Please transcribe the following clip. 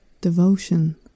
devotion